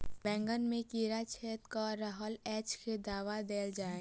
बैंगन मे कीड़ा छेद कऽ रहल एछ केँ दवा देल जाएँ?